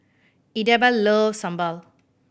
Idabelle loves sambal